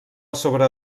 sobre